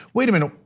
wait a minute,